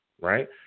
right